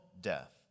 death